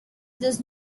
does